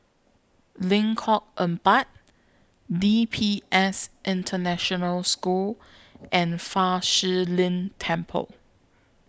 Lengkong Empat D P S International School and Fa Shi Lin Temple